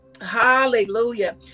hallelujah